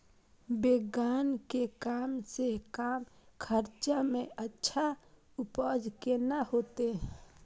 बेंगन के कम से कम खर्चा में अच्छा उपज केना होते?